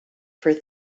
for